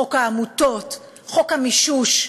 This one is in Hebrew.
חוק העמותות, חוק המישוש.